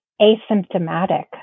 asymptomatic